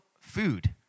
food